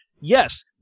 yes